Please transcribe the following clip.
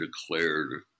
declared